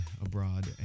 abroad